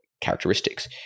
characteristics